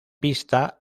pista